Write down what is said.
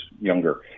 younger